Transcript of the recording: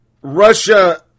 Russia